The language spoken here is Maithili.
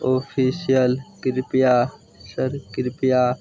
ऑफिशिअल कृपया कृपया